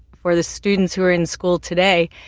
for the students who are in school today,